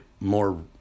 more